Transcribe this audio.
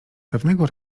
pewnego